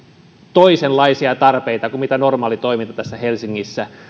toisenlaisia tarpeita kuin mitä normaali toiminta täällä helsingissä